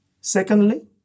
Secondly